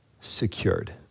secured